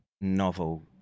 novel